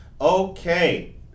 Okay